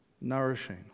nourishing